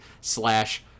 slash